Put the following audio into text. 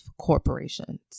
corporations